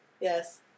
Yes